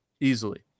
easily